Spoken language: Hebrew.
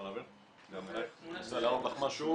אני רוצה להראות לך משהו.